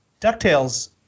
DuckTales